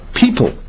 people